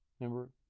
Remember